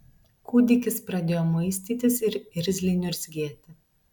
kūdikis pradėjo muistytis ir irzliai niurzgėti